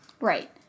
Right